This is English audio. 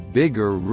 bigger